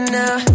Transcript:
now